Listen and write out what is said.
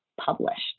published